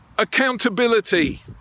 accountability